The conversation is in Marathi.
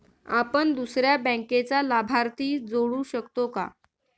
आपण दुसऱ्या बँकेचा लाभार्थी जोडू शकतो का?